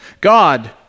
God